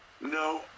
No